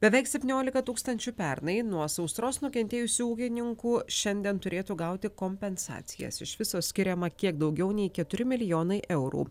beveik septyniolika tūkstančių pernai nuo sausros nukentėjusių ūkininkų šiandien turėtų gauti kompensacijas iš viso skiriama kiek daugiau nei keturi milijonai eurų